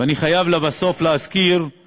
ואני חייב לבסוף להזכיר את